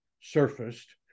surfaced